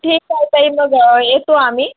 ठीक आहे ताई मग येतो आम्ही